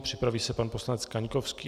Připraví se pan poslanec Kaňkovský.